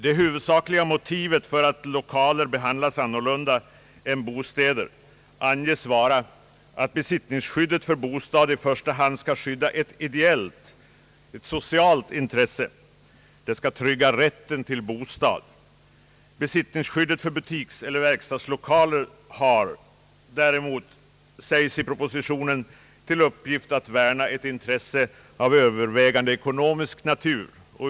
Det huvudsakliga motivet för att lokaler behandlas annorlunda än bostäder anges vara att besittningsskyddet för bostad i första hand skall skydda ett ideellt socialt intresse — det skall trygga rätten till bostad. Besittningsskyddet för butikseller verkstadslokaler har däremot, sägs det i propositionen, till uppgift att värna ett intresse av övervägande ekonomisk natur.